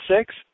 six